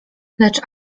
lecz